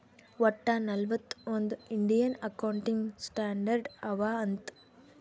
ವಟ್ಟ ನಲ್ವತ್ ಒಂದ್ ಇಂಡಿಯನ್ ಅಕೌಂಟಿಂಗ್ ಸ್ಟ್ಯಾಂಡರ್ಡ್ ಅವಾ ಅಂತ್